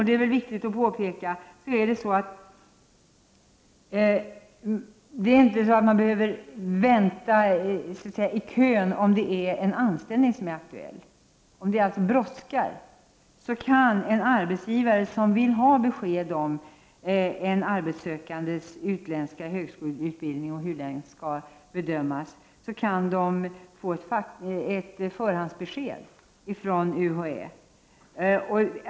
Det är viktigt att påpeka att det inte är så att någon behöver vänta i kön om en anställning är aktuell. Om det brådskar kan en arbetsgivare, som vill ha besked om en arbetssökandes utländska högskoleutbildning och om hur den skall bedömas, få ett förhandsbesked från UHÄ.